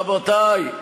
רבותי,